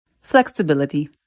Flexibility